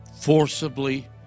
forcibly